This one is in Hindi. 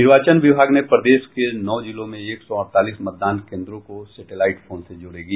निर्वाचन विभाग ने प्रदेश के नौ जिलों में एक सौ अड़तालीस मतदान केन्द्रों को सेटेलाइट फोन से जोड़ेगी